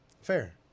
fair